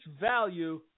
value